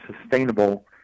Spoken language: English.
sustainable